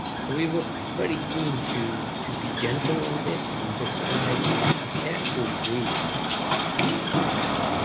so we were very keen to to be gentle on this and prescribe a careful brief to our students,